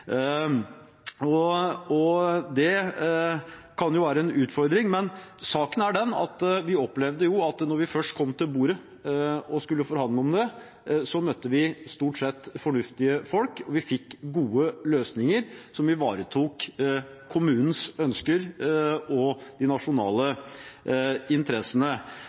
Det kan jo være en utfordring, men saken er den at vi opplevde at når vi først kom til bordet og skulle forhandle, møtte vi stort sett fornuftige folk, vi fikk gode løsninger som ivaretok kommunens ønsker og de nasjonale interessene.